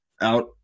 out